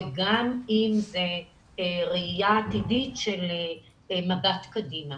וגם אם זה ראייה עתידית של מבט קדימה.